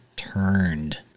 Turned